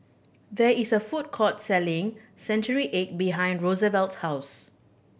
there is a food court selling century egg behind Rosevelt's house